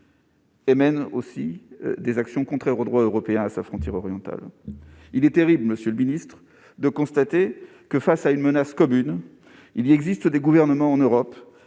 mène aussi des actions contraires au droit européen à cette même frontière. Il est terrible, monsieur le ministre, de constater que, face à une menace commune, il existe des gouvernements en Europe